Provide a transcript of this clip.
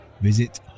visit